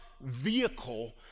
vehicle